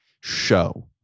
show